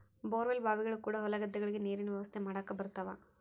bore well ಬಾವಿಗಳು ಕೂಡ ಹೊಲ ಗದ್ದೆಗಳಿಗೆ ನೀರಿನ ವ್ಯವಸ್ಥೆ ಮಾಡಕ ಬರುತವ